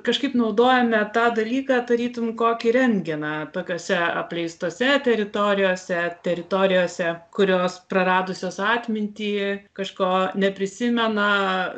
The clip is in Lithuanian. kažkaip naudojame tą dalyką tarytum kokį rentgeną tokiose apleistose teritorijose teritorijose kurios praradusios atmintį kažko neprisimena